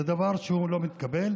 זה דבר שלא מתקבל,